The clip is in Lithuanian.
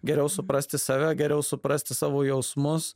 geriau suprasti save geriau suprasti savo jausmus